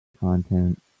content